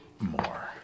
more